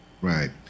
Right